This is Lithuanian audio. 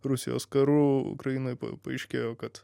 rusijos karu ukrainoj paaiškėjo kad